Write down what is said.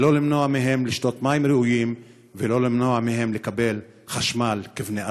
לא למנוע מהם לשתות מים ראויים ולא למנוע מהם לקבל חשמל כבני אדם.